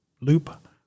loop